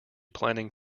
planning